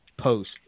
post